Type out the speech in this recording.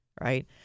right